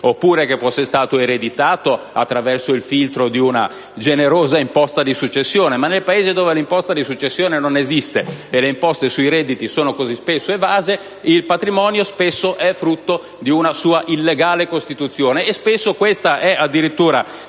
oppure, che fosse stato ereditato attraverso il filtro di una generosa imposta di successione. Ma nel Paese dove l'imposta di successione non esiste e le imposte sui redditi sono così spesso evase, il patrimonio spesso è frutto di una sua illegale costituzione e, spesso, questa è addirittura